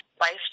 Life